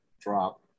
drop